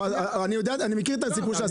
אני יודע, אני מכיר את הסיפור של העסקים.